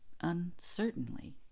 uncertainly